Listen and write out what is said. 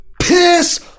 piss